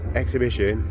exhibition